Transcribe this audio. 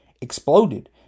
exploded